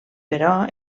però